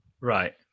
right